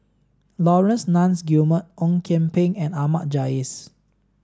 Laurence Nunns Guillemard Ong Kian Peng and Ahmad Jais